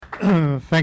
Thank